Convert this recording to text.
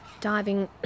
diving